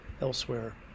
elsewhere